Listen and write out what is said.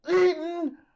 eaten